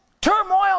turmoil